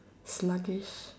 sluggish